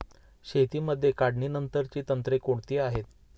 शेतीमध्ये काढणीनंतरची तंत्रे कोणती आहेत?